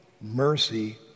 mercy